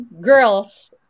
girls